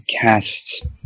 cast